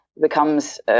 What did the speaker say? becomes